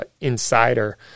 insider